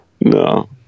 no